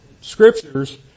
Scriptures